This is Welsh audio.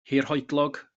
hirhoedlog